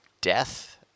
death